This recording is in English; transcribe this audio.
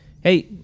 hey